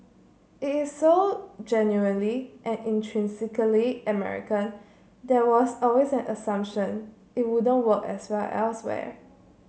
it is so genuinely and intrinsically American there was always an assumption it wouldn't work as well elsewhere